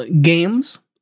games